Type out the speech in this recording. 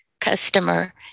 customer